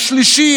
השלישי,